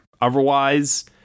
Otherwise